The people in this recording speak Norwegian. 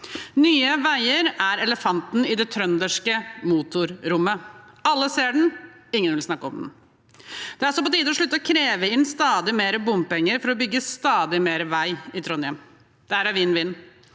Nye veier er elefanten i det trønderske motorrommet. Alle ser den, ingen vil snakke om den. Det er også på tide å slutte å kreve inn stadig mer bompenger for å bygge stadig mer vei i Trondheim. Dette er vinn-vinn